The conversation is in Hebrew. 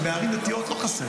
כי בערים דתיות לא חסר